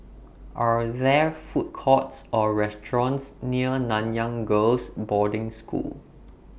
Are There Food Courts Or restaurants near Nanyang Girls' Boarding School